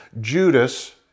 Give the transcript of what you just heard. Judas